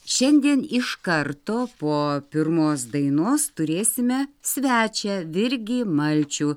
šiandien iš karto po pirmos dainos turėsime svečią virgį malčių